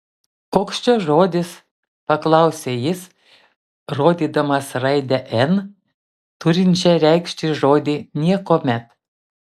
koks čia žodis paklausė jis rodydamas raidę n turinčią reikšti žodį niekuomet